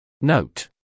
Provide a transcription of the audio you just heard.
Note